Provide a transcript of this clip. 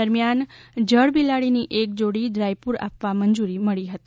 દરમ્યાન જળબિલાડીની એક જોડી રાયપુર આપવા મંજૂરી મળી હતી